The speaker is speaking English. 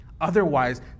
Otherwise